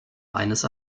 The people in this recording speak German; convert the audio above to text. eines